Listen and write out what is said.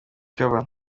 ikaba